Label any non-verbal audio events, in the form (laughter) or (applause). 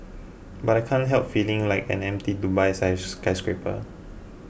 but I can't help feeling like an empty Dubai (unintelligible) skyscraper